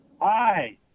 Hi